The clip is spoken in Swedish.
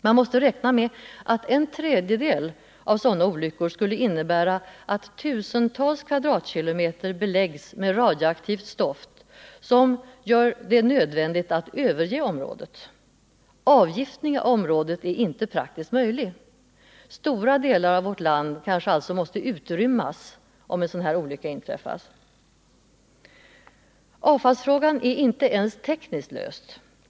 Man måste räkna med att en tredjedel av sådana olyckor skulle innebära att tusentals kvadratkilometer beläggs med radioaktivt stoft som gör det nödvändigt att överge området. Avgiftning av området är inte praktiskt möjlig. Stora delar av vårt land kanske alltså måste utrymmas, om en sådan här olycka inträffar. Avfallsfrågan är inte ens tekniskt löst.